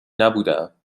نبودهام